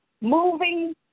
Moving